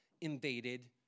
invaded